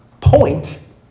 point